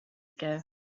ago